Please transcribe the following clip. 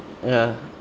ya